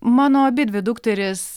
mano abidvi dukterys